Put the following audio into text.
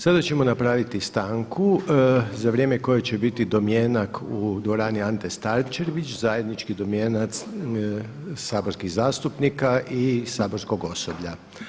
Sada ćemo napraviti stanku za vrijeme koje će biti domjenak u dvorani Ante Starčević, zajednički domjenak saborskih zastupnika i saborskog osoblja.